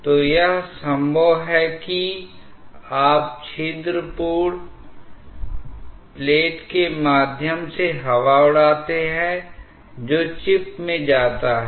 तो piezometric head में अंतर दो अवयवों में तरल स्तंभों की ऊंचाइयों में अंतर से परिलक्षित होता है